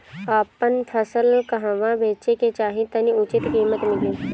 आपन फसल कहवा बेंचे के चाहीं ताकि उचित कीमत मिली?